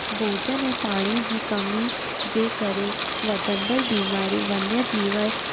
भोजन ऐं पाणीअ जी कमी जे करे वधंदड़ु बीमारियूं वन जीव